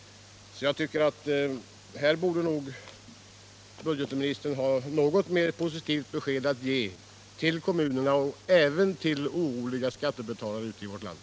Jag tycker att budget = på kreditmarknaministern borde ha ett något mer positivt besked till kommunerna och den även till oroliga skattebetalare ute i landet.